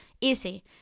easy